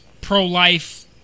pro-life